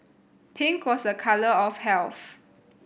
pink was a colour of health